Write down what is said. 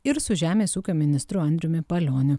ir su žemės ūkio ministru andriumi palioniu